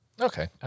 Okay